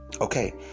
Okay